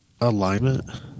alignment